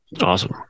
Awesome